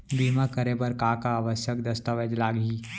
बीमा करे बर का का आवश्यक दस्तावेज लागही